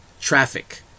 traffic